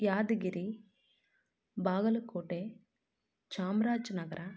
Yadgir Bagalkot Chamaraja Nagar